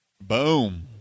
boom